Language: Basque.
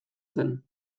zen